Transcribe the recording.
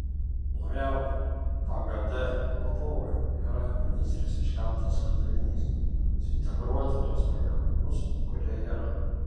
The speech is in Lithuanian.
naujam pagd vadovui yra ministrės iškeltas uždavinys suintegruoti tuos pajėgumus kurie yra